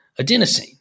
adenosine